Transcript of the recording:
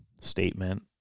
statement